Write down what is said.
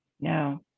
no